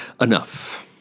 enough